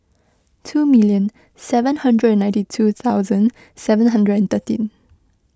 two million seven hundred and ninety two thousand seven hundred and thirteen